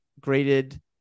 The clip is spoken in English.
graded